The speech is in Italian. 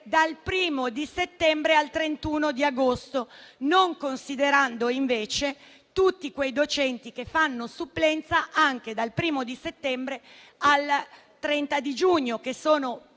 dal 1° settembre al 31 agosto, non considerando invece tutti i docenti che fanno supplenza anche dal 1° settembre al 30 giugno, e sono